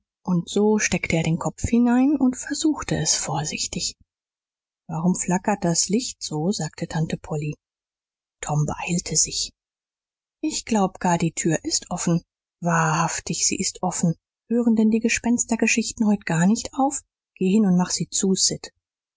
und so steckte er den kopf hinein und versuchte es vorsichtig warum flackert das licht so sagte tante polly tom beeilte sich ich glaub gar die tür ist offen wahrhaftig sie ist offen hören denn die gespenstergeschichten heut gar nicht auf geh hin und mach sie zu sid